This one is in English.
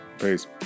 Peace